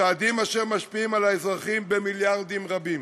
צעדים אשר משפיעים על האזרחים במיליארדים רבים,